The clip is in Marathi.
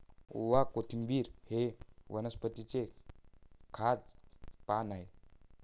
ओवा, कोथिंबिर हे वनस्पतीचे खाद्य पान आहे